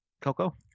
Coco